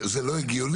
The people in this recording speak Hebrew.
זה לא הגיוני,